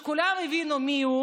וכולם הבינו מי הוא.